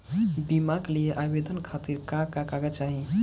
बीमा के लिए आवेदन खातिर का का कागज चाहि?